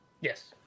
Yes